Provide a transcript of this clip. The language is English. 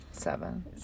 seven